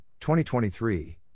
2023